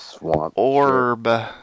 orb